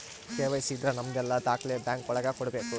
KYC ಇದ್ರ ನಮದೆಲ್ಲ ದಾಖ್ಲೆ ಬ್ಯಾಂಕ್ ಒಳಗ ಕೊಡ್ಬೇಕು